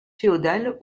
féodale